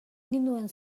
ninduen